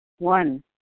One